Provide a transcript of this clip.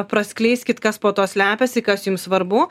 praskleiskit kas po tuo slepiasi kas jums svarbu